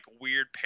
weird